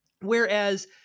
Whereas